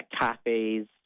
cafes